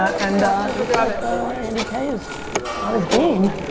and it looks like andy k is on his game.